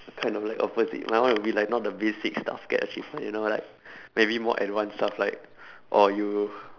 kind of like opposite my one will be like not the basic stuff get achievement you know like maybe more advance stuff like or you